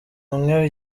hamwe